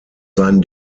sein